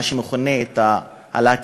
מה שמכונה ההקמה.